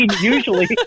usually